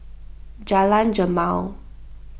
Jalan Jamal